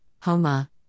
Homa